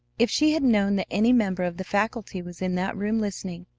if she had known that any member of the faculty was in that room listening,